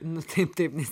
nu taip taip nes